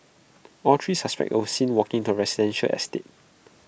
all three suspects were seen walking into A residential estate